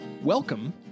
Welcome